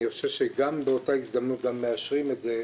אני חושב שגם באותה הזדמנות שמאשרים את זה,